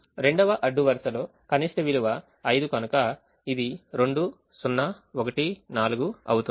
2వ అడ్డు వరుసలో కనిష్ట విలువ 5 కనుక ఇది 2 0 1 4 అవుతుంది